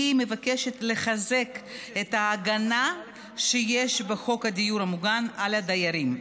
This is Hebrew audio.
והיא מבקשת לחזק את ההגנה שיש בחוק הדיור המוגן על הדיירים.